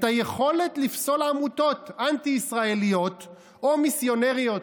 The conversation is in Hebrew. היכולת לפסול עמותות אנטי-ישראליות או מיסיונריות.